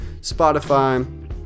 Spotify